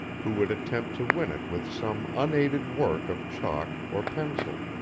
who would attempt to win it with some unaided work of chalk or pencil.